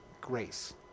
grace